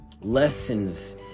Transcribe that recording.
lessons